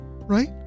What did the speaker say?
right